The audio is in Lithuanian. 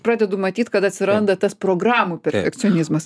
pradedu manyt kad atsiranda tas programų perfekcionizmas